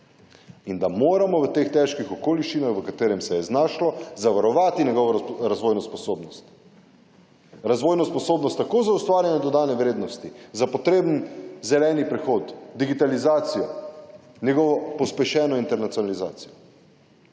in da moramo v teh težkih okoliščinah, v katerem se je znašlo zavarovati njegovo razvojno sposobnost. Razvojno sposobnost tako za ustvarjanje dodane vrednosti, za potreben zeleni prihod, digitalizacijo, njegovo pospešeno internacionalizacijo